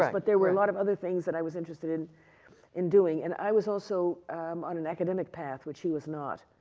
but there were a lot of other things that i was interested in in doing. and i was also on an academic path, which he was not.